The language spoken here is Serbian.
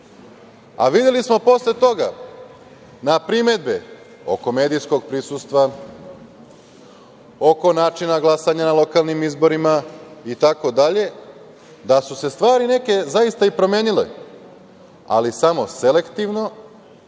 videli smo posle toga primedbe oko medijskog prisustva, oko načina glasanja na lokalnim izborima i tako dalje, da su se stvari neke zaista i promenile, ali samo selektivno